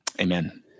amen